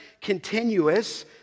continuous